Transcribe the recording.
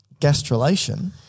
gastrulation